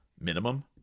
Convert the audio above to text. minimum